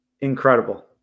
incredible